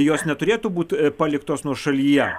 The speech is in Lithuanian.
jos neturėtų būt paliktos nuošalyje